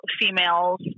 females